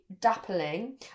dappling